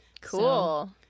Cool